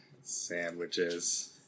Sandwiches